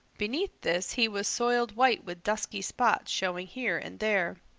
beneath this he was soiled white with dusky spots showing here and there.